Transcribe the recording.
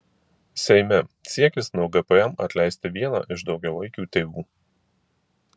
seime siekis nuo gpm atleisti vieną iš daugiavaikių tėvų